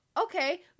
okay